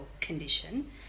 condition